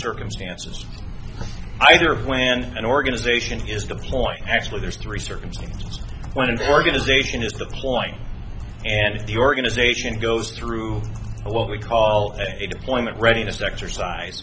circumstances either when an organization is the point actually there's three circumstances when the organization is the point and the organization goes through what we call it deployment readiness exercise